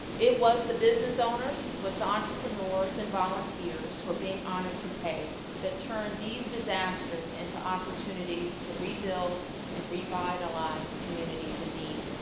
it was the business owners, it was entrepreneurs and volunteers who are being honored today that turned these disasters into opportunities to rebuild and revitalize communities in need.